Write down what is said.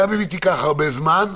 גם אם היא תיקח הרבה זמן,